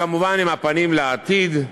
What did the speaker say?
כמובן עם הפנים לעתיד,